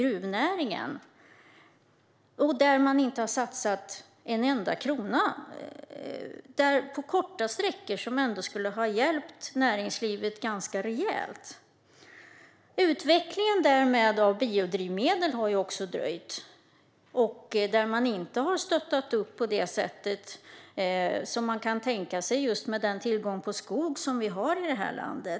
Här har regeringen inte satsat ett enda krona ens på korta sträckor som skulle ha hjälpt näringslivet rejält. Utvecklingen av biodrivmedel har också dröjt. Här har regeringen inte stöttat upp på det sätt man borde med tanke på den tillgång på skog vi har i detta land.